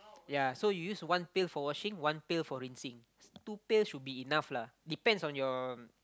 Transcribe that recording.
ya so you use one pail for washing one pail for rinsing two pails should be enough lah depends on